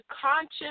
conscious